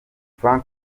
frank